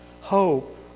Hope